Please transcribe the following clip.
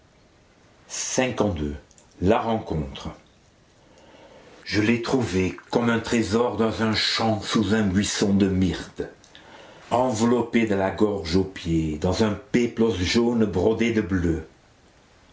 la rencontre je l'ai trouvée comme un trésor dans un champ sous un buisson de myrte enveloppée de la gorge aux pieds dans un péplos jaune brodé de bleu